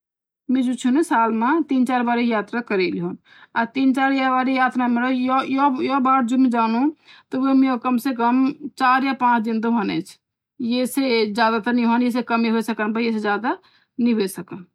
में जो चीन साल माँ तीन चार बारे यात्रा करी द्येन्दु और तीन चार बरी यात्रा माँ यो बार जो मी ज्यांदु तोह कम से कम चार या पांच दिन तोह होंदे चिन ये से ज्यादा भी वे सकदा परर ये से कम नई वे सकदन